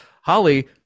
Holly